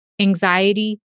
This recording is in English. anxiety